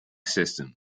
system